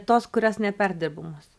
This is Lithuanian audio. tos kurios neperdirbamos